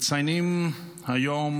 מציינים היום